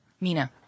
Mina